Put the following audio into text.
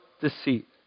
deceit